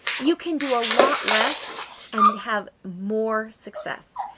you can do a lot less and have more success.